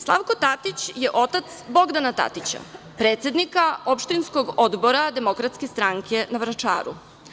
Slavko Tatić je otac Bogdana Tatića, predsednika opštinskog odbora DS na Vračaru.